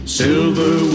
silver